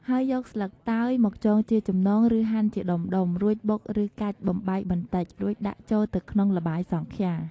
ហើយយកស្លឹកតើយមកចងជាចំណង ឬហាន់ជាដុំៗ រួចបុកឬកាច់បំបែកបន្តិច រួចដាក់ចូលទៅក្នុងល្បាយសង់ខ្យា។